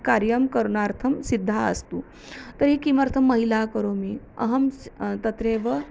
कार्यं करणार्थं सिद्धा अस्तु तर्हि किमर्थं महिला करोमि अहं तत्रैव